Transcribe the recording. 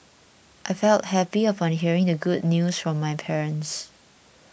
I felt happy upon hearing the good news from my parents